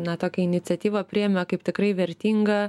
na tokią iniciatyvą priėmė kaip tikrai vertingą